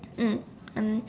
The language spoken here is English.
mm and